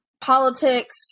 politics